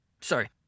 Sorry